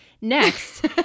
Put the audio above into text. next